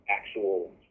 actual